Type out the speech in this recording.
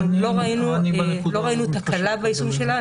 לא ראינו תקלה ביישום שלה.